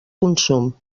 consum